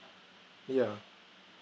yeah